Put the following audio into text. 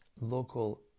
local